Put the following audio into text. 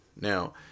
Now